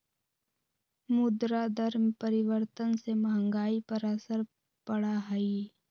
मुद्रा दर में परिवर्तन से महंगाई पर असर पड़ा हई